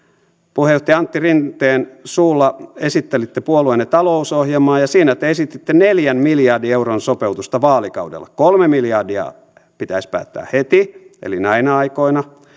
puheenjohtaja antti rinteen suulla esittelitte puolueenne talousohjelmaa ja siinä te esititte neljän miljardin euron sopeutusta vaalikaudella kolme miljardia pitäisi päättää heti eli näinä aikoina